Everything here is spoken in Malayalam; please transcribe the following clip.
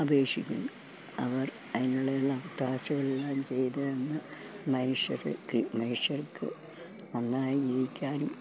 അപേക്ഷിക്കുന്നു അവർ അതിനുള്ളയുള്ള ഒത്താശകളെല്ലാം ചെയ്ത് തന്ന് മനുഷ്യർക്ക് മനുഷ്യർക്ക് നന്നായി ജീവിക്കാനും